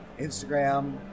Instagram